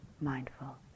mindful